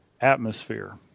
atmosphere